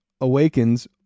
awakens